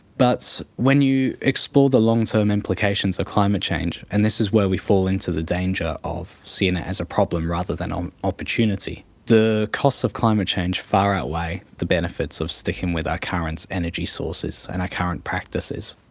but when you explore the long-term implications of climate change, and this is where we fall into the danger of seeing it as a problem rather than an um opportunity, the costs of climate change far outweigh the benefits of sticking with our current energy sources and our current practices.